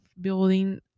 building